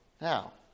Now